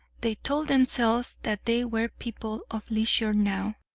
they told themselves that they were people of leisure now,